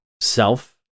self